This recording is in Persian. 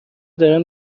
دارن